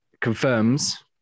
confirms